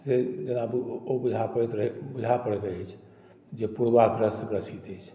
से जेना बुझाय पड़ैत अछि जे पूर्वाग्रहसँ ग्रसित अछि